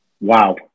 Wow